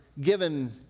given